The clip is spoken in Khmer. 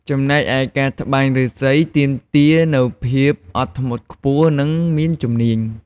ចំណែកឯការត្បាញឫស្សីទាមទារនូវភាពអត់ធ្មត់ខ្ពស់ និងមានជំនាញ។